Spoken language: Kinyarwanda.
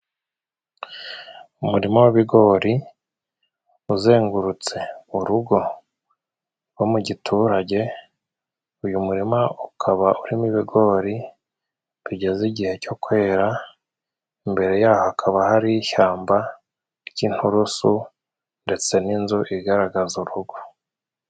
Umurima w'ibigori uzengurutse urugo rwo mu giturage. Uyu murima ukaba urimo ibigori bigeze igihe cyo kwera. Imbere y'aho hakaba hari ishyamba ry'inturusu ndetse n'inzu igaragaza urugo.